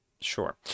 Sure